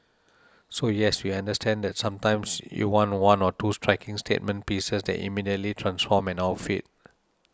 so yes we understand that sometimes you want one or two striking statement pieces that immediately transform an outfit